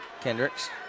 Kendricks